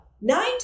nine